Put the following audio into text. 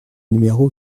numéro